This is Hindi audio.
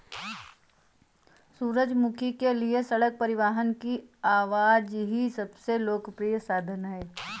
सूरजमुखी के लिए सड़क परिवहन की आवाजाही सबसे लोकप्रिय साधन है